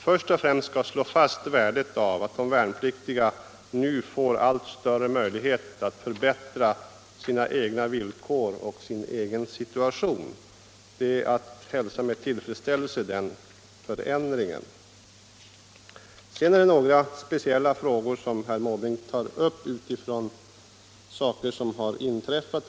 Först och främst bör vi ändå slå fast värdet av att de värnpliktiga själva nu får allt större möjlighet att förbättra sina villkor. Den förändringen är att hälsa med tillfredsställelse. Det är några speciella frågor som herr Måbrink tar upp med utgångspunkt i händelser som har inträffat.